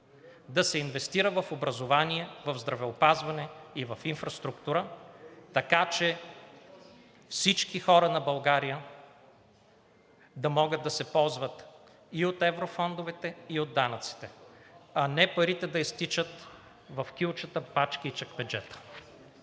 да се инвестира в образование, в здравеопазване и в инфраструктура, така че всички хора на България да могат да се ползват и от еврофондовете, и от данъците, а не парите да изтичат в кюлчета, пачки и чекмеджета.